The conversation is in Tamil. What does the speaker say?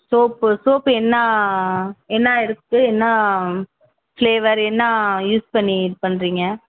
சோப்பு சோப்பு என்ன என்ன இருக்கு என்ன ஃப்ளேவர் என்ன யூஸ் பண்ணி இது பண்ணுறீங்க